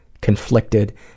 conflicted